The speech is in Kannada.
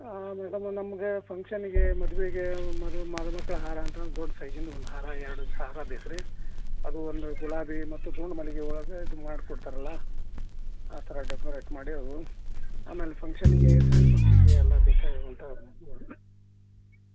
ಹಾಂ ಮೇಡಮ್ ನಮ್ಗೆ ಫಂಕ್ಷನಿಗೆ ಮದ್ವೆಗೆ ಮದು ಮದುಮಕ್ಕಳ ಹಾರ ಅಂತ ಒಂದು ದೊಡ್ಡ ಸೈಜಿಂದು ಒಂದು ಹಾರ ಎರಡು ಹಾರ ಬೇಕು ರೀ ಅದು ಒಂದು ಗುಲಾಬಿ ಮತ್ತು ದುಂಡು ಮಲ್ಲಿಗೆ ಹೂವಾಗ ಇದು ಮಾಡಿಕೊಡ್ತಾರಲ್ಲ ಆ ಥರ ಡೆಕೋರೇಟ್ ಮಾಡಿ ಅವು ಆಮೇಲೆ ಫಂಕ್ಷನಿಗೆ ಸಣ್ಣ ಫಂಕ್ಷನಿಗೆ ಎಲ್ಲ ಬೇಕಾಗುವಂಥ ಹೂವು ಹ್ಞೂ